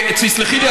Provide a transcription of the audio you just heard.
תסלחי לי,